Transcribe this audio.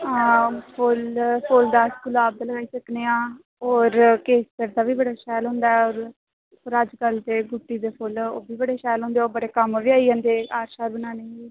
हां फुल्ल फुल्ल ते अस गुलाब दा लाई सकने आं होर केसर दा बी बड़ा शैल होंदा ऐ और अजकल ते गुट्टी ते फुल्ल ओह् बी बड़े शैल होंदे ओह् बड़े कम्म बी आई जंदे हार शार बनाने गी